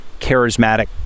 charismatic